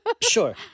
Sure